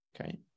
okay